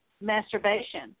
masturbation